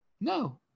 No